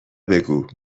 بگو